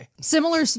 Similar